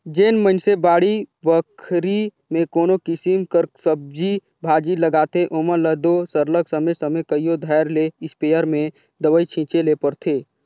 जेन मइनसे बाड़ी बखरी में कोनो किसिम कर सब्जी भाजी लगाथें ओमन ल दो सरलग समे समे कइयो धाएर ले इस्पेयर में दवई छींचे ले परथे